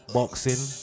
Boxing